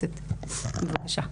סלימאן, בבקשה.